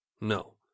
No